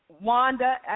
wanda